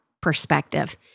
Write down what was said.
perspective